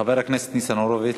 חבר הכנסת ניצן הורוביץ,